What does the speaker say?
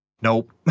Nope